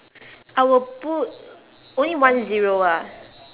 I will put only one zero ah